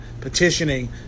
petitioning